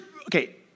okay